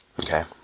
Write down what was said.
okay